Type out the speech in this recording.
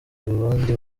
burundi